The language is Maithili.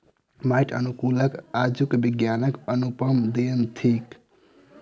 माइट अनुकूलक आजुक विज्ञानक अनुपम देन थिक